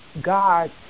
God